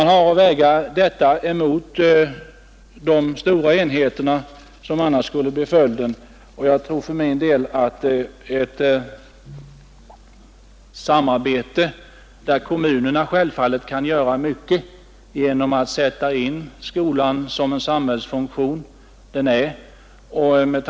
Man har att väga detta mot de stora enheter som annars skulle bli följden, med deras negativa konsekvenser, och jag tror för min del på ett samarbete, där kommunerna självfallet kan göra mycket genom att betrakta skolan som den samhällsfunktion den är. Bl.